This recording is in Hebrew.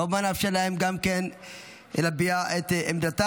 כמובן אאפשר להם גם להביע את עמדתם.